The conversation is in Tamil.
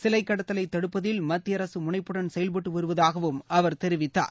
சிலைக் கடத்தலை தடுப்பதில் மத்திய அரசு முனைப்புடன் செயல்பட்டு வருவதாகவும் அவர் தெரிவித்தார்